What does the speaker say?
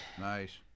Nice